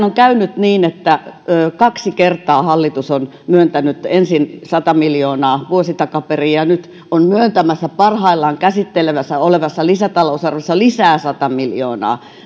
on käynyt niin että kaksi kertaa hallitus on myöntänyt sata miljoonaa näihin pilotteihin ensin sata miljoonaa vuosi takaperin ja nyt on myöntämässä parhaillaan käsittelyssä olevassa lisätalousarviossa lisää sata miljoonaa